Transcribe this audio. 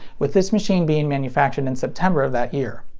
with this machine being manufactured in september of that year.